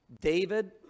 David